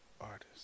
artist